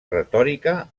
retòrica